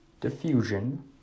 diffusion